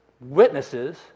witnesses